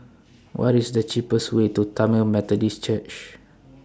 What IS The cheapest Way to Tamil Methodist Church